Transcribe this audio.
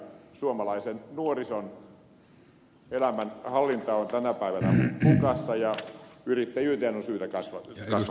suomalaisen nuorison elämänhallinta on tänä päivänä hukassa ja yrittäjyyteen on syytä kasvattaa